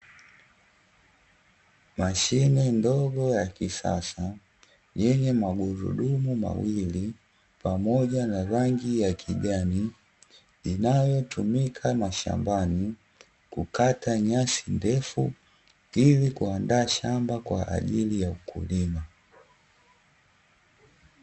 Mashine ndogo ya kisasa yenye magurudumu mawili pamoja na rangi ya kijani, inayotumika mashambani kukata nyasi ndefu ili kuandaa shamba kwa ajili ya kulima.